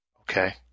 Okay